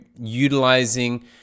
utilizing